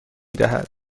دهد